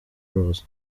rose